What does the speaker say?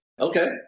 Okay